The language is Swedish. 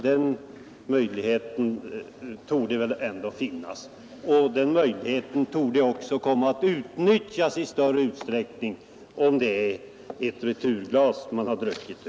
Den möjligheten torde finnas, och den torde också komma att utnyttjas i större utsträckning, om det är ett returglas man druckit ur.